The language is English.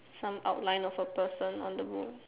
some outline of a person on the wall